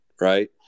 right